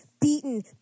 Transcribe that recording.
beaten